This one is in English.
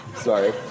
Sorry